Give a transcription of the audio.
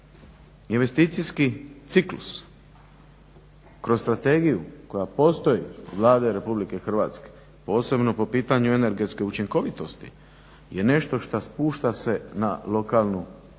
Investicijski ciklus kroz strategiju koja postoji Vlade RH posebno po pitanju energetske učinkovitosti je nešto što se spušta na lokalnu odnosno